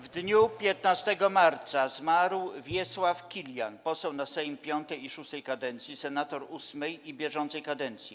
W dniu 15 marca zmarł Wiesław Kilian - poseł na Sejm V i VI kadencji, senator VIII i bieżącej kadencji.